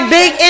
big